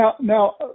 now